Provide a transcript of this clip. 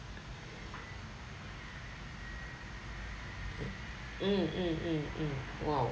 mm mm mm mm !whoa!